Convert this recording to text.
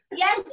yes